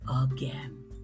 again